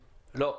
לא.